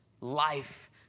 life